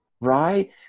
Right